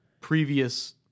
previous